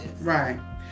Right